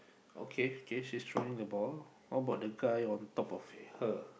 okay okay she's throwing the ball what about the guy on top of her